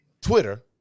Twitter